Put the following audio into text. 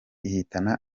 ihitana